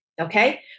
Okay